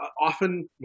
often